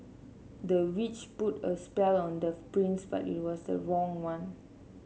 the witch put a spell on the prince but it was the wrong one